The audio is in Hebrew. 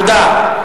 תודה.